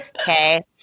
okay